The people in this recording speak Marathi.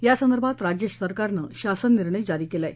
या संदर्भात राज्य सरकारनं शासन निर्णय जारी केला आहे